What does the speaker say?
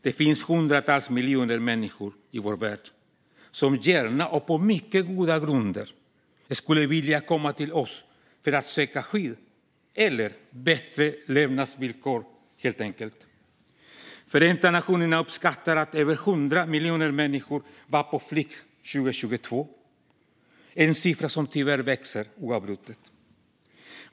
Det finns hundratals miljoner människor i vår värld som gärna och på mycket goda grunder skulle vilja komma till oss för att söka skydd eller helt enkelt bättre levnadsvillkor. Förenta nationerna uppskattar att över 100 miljoner människor var på flykt 2022, en siffra som tyvärr växer oavbrutet.